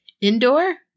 Indoor